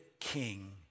king